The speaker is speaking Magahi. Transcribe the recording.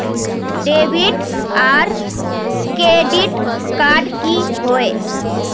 डेबिट आर क्रेडिट कार्ड की होय?